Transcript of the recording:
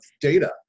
data